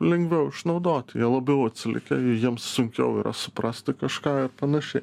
lengviau išnaudoti jie labiau atsilikę jiems sunkiau yra suprasti kažką ir panašiai